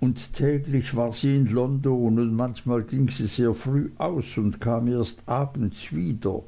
und täglich war sie in london und manchmal ging sie sehr früh aus und kam erst abends wieder